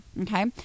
Okay